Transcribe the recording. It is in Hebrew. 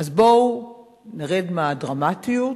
אז בואו נרד מהדרמטיות.